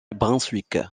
brunswick